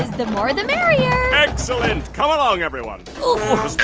the more the merrier excellent. come along, everyone. just